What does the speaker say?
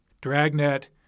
Dragnet